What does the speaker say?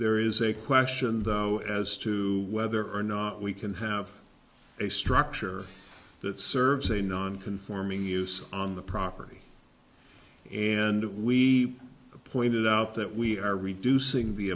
there is a question though as to whether or not we can have a structure that serves a non conforming use on the property and we pointed out that we are reducing the